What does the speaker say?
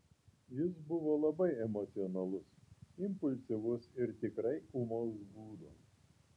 jis buvo labai emocionalus impulsyvus ir tikrai ūmaus būdo